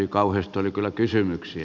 kauheasti oli kyllä kysymyksiä